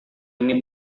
ini